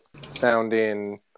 sounding